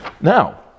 Now